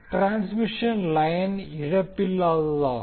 transmission line இழப்பில்லாததாகும்